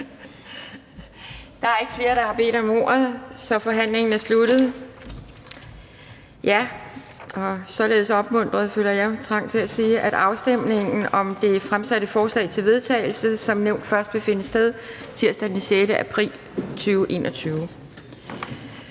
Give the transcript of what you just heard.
Der er ikke flere, der har bedt om ordet. Hermed er forhandlingen sluttet. Således opmuntret føler jeg trang til at sige, at afstemningen om det fremsatte forslag til vedtagelse som nævnt først vil finde sted tirsdag den 6. april 2021.